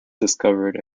discovered